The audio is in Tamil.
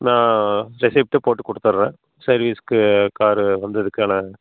நான் ரிசிப்ட்டு போட்டு கொடுத்துட்றேன் சர்வீஸுக்கு காரு வந்ததுக்கான